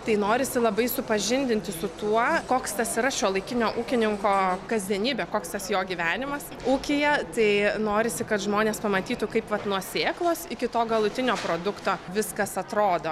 tai norisi labai supažindinti su tuo koks tas yra šiuolaikinio ūkininko kasdienybė koks tas jo gyvenimas ūkyje tai norisi kad žmonės pamatytų kaip vat nuo sėklos iki to galutinio produkto viskas atrodo